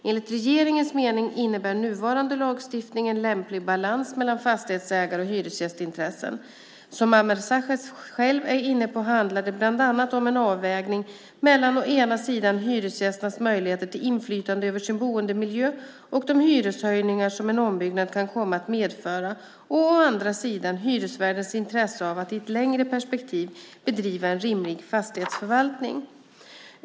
Enligt regeringens mening innebär nuvarande lagstiftning en lämplig balans mellan fastighetsägar och hyresgästintressen. Som Ameer Sachet själv är inne på handlar det bland annat om en avvägning mellan å ena sidan hyresgästernas möjligheter till inflytande över sin boendemiljö och de hyreshöjningar som en ombyggnad kan komma att medföra och å andra sidan hyresvärdens intresse av att i ett längre perspektiv bedriva en rimlig fastighetsförvaltning.